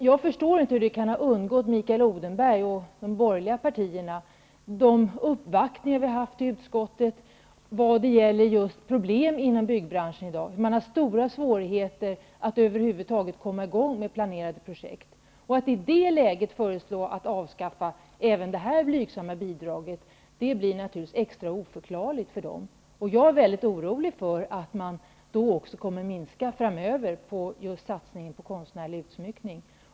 Jag förstår inte hur de uppvaktningar vi har haft i utskottet om problemen i byggbranschen i dag kan ha undgått Mikael Odenberg och de borgerliga partierna. Man har stora svårigheter med att över huvud taget komma i gång med planerade projekt. Att i det läget föreslå att man skall avskaffa även det här blygsamma bidraget blir naturligtvis extra oförklarligt. Jag är mycket orolig för att man framöver också kommer att minska på satsningen för konstnärlig utsmyckning.